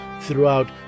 throughout